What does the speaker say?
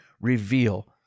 reveal